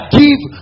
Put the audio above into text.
give